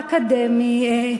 האקדמי,